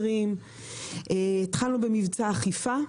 עשינו אכיפה,